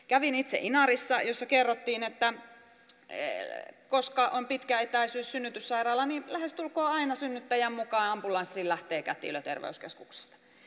kävin itse inarissa jossa kerrottiin että koska on pitkä etäisyys synnytyssairaalaan niin lähestulkoon aina synnyttäjän mukaan ambulanssiin lähtee kätilö terveyskeskuksesta